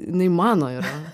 jinai mano yra